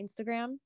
Instagram